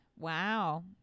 Wow